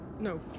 No